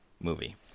movie